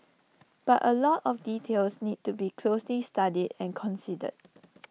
but A lot of details need to be closely studied and considered